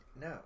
No